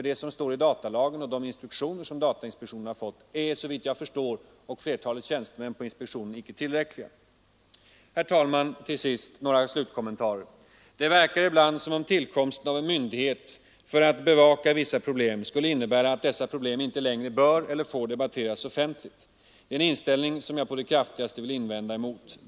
Det som står i datalagen och de instruktioner som datainspektionen har fått är såvitt jag och flertalet tjänstemän på inspektionen förstår inte tillräckligt. Herr talman! Till sist några slutkommentarer. Det verkar ibland som om tillkomsten av en myndighet för att bevaka vissa problem skulle innebära att dessa problem inte längre bör eller får debatteras offentligt. Det är en inställning som jag på det kraftigaste vill invända emot.